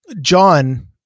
John